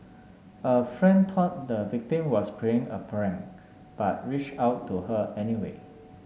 a friend thought the victim was playing a prank but reached out to her anyway